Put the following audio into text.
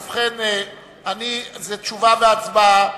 זאת תשובה והצבעה.